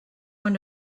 one